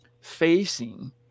facing